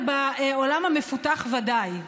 ובעולם המפותח בוודאי.